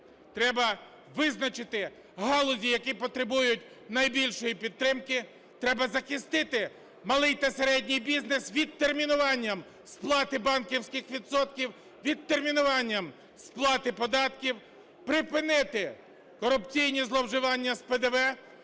Треба визначити галузі, які потребують найбільшої підтримки. Треба захистити малий та середній бізнес відтермінуванням сплати банківських відсотків, відтермінуванням сплати податків. Припинити корупційні зловживання з ПДВ.